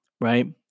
right